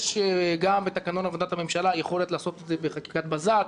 יש גם בתקנות עבודת הממשלה יכולת לעשות את זה בחקיקת בזק.